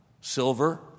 silver